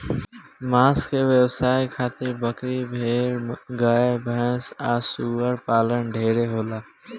मांस के व्यवसाय खातिर बकरी, भेड़, गाय भैस आ सूअर पालन ढेरे होला